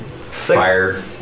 fire